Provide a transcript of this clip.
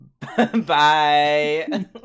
Bye